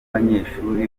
banyeshuri